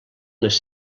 les